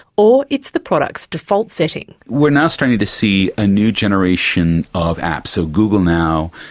or it's the product's default setting. we're now starting to see a new generation of apps, so google now,